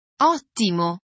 Ottimo